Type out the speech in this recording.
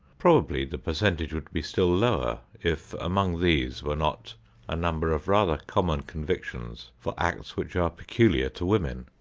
probably the percentage would be still lower if among these were not a number of rather common convictions for acts which are peculiar to women,